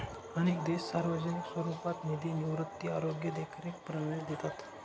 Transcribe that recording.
अनेक देश सार्वजनिक स्वरूपात निधी निवृत्ती, आरोग्य देखरेख प्रणाली देतात